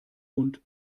und